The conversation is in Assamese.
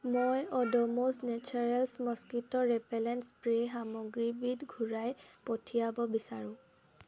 মই Odomos naturals mosquito repellent spray সামগ্ৰীবিধ ঘূৰাই পঠিয়াব বিচাৰোঁ